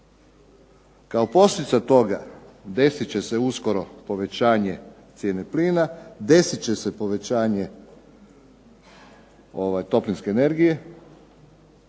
Kao posljedica toga desit će se uskoro povećanje cijene plina, desit će se povećanje toplinske energije